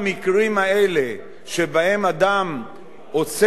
שבהם אדם עושה דבר שיש בו פגיעה,